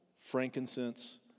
frankincense